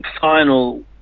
final